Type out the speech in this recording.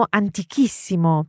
antichissimo